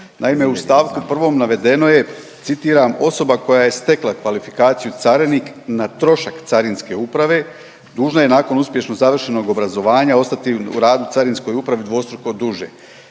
Naime, u stavku 1. navedeno je citiram: „osoba koja je stekla kvalifikaciju carinik na trošak Carinske uprave dužna je nakon uspješno završenog obrazovanja ostati u radu u Carinskoj upravi dvostruko duže.“